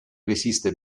resiste